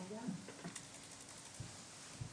תודה רבה שאתה איתנו.